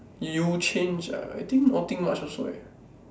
you change ah I think nothing much also eh